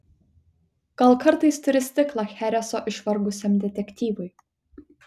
gal kartais turi stiklą chereso išvargusiam detektyvui